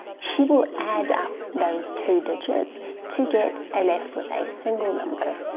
she will add up those two digits to get and left with a single number.